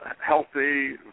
healthy